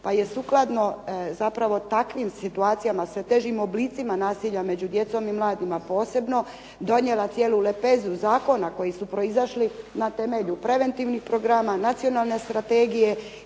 pa je sukladno takvim situacijama sve težim oblicima nasilja među djecom i mladima posebno donijela cijelu lepezu zakona koji su proizašli na temelju preventivnih programa nacionalne strategije.